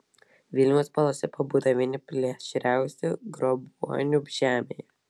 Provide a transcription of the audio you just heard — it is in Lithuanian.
vilniaus balose pabudo vieni plėšriausių grobuonių žemėje